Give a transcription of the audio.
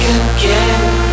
again